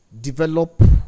develop